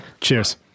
Cheers